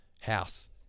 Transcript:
House